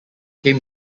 came